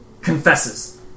confesses